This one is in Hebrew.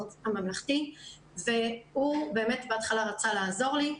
הממלכתי והוא באמת בהתחלה רצה לעזור לי,